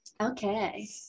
Okay